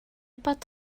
bod